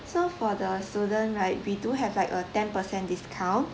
so for the student right we do have like a ten percent discount